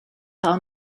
tell